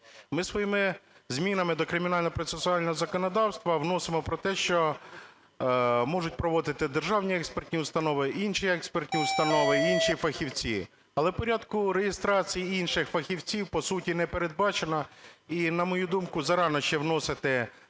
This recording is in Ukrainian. Ми своїми змінами до кримінального процесуального законодавства вносимо про те, що можуть проводити державні експертні установи, інші експертні установи і інші фахівці. Але в порядку реєстрації інших фахівців, по суті, не передбачено, і, на мою думку, зарано ще вносити